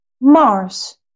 Mars